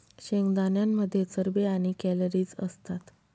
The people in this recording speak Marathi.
शेंगदाण्यांमध्ये चरबी आणि कॅलरीज असतात